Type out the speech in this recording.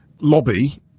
lobby